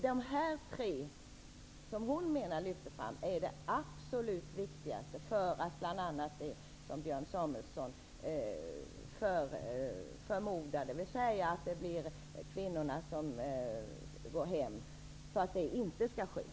Det är dessa tre faktorer som enligt Marianne Frankenhaeuser är de absolut avgörande för att det är kvinnorna som ''går hem''.